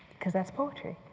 because that's poetry.